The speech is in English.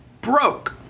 Broke